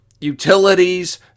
utilities